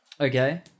Okay